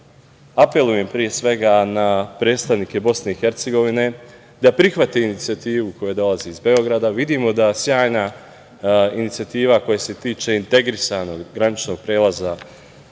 apelujem pre svega na predstavnike BiH da prihvate inicijativu koja dolazi iz Beograda. Vidimo da sjajna inicijativa koja se tiče integrisanog graničnog prelaza